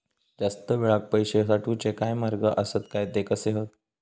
जास्त वेळाक पैशे साठवूचे काय मार्ग आसत काय ते कसे हत?